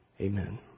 Amen